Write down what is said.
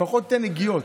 לפחות תן נגיעות.